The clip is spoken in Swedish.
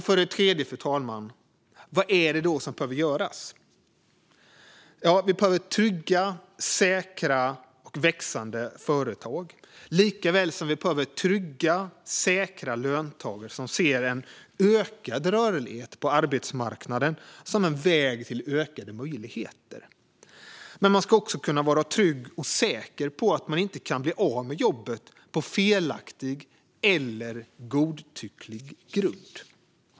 För det tredje: Vad är det då som behöver göras? Vi behöver trygga, säkra och växande företag likaväl som vi behöver trygga, säkra löntagare som ser en ökad rörlighet på arbetsmarknaden som en väg till ökade möjligheter. Men man ska också kunna vara trygg och säker på att man inte kan bli av med jobbet på felaktig eller godtycklig grund.